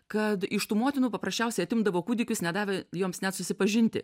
kad iš tų motinų paprasčiausiai atimdavo kūdikius nedavę joms net susipažinti